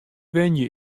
wenje